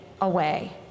away